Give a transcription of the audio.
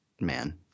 man